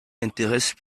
intéresse